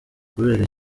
kubera